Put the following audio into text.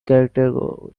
character